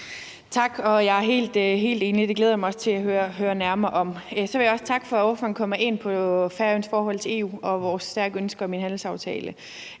Tak, og jeg er helt enig. Det glæder jeg mig også til at høre nærmere om. Så vil jeg også takke for, at ordføreren kommer ind på Færøernes forhold til EU og vores stærke ønske om en handelsaftale.